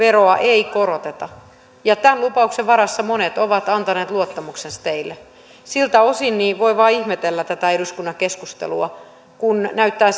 veroa ei koroteta ja tämän lupauksen varassa monet ovat antaneet luottamuksensa teille siltä osin voi vain ihmetellä tätä eduskunnan keskustelua kun näyttää